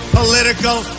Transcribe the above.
political